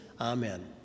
Amen